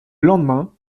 lendemain